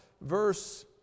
verse